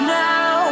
now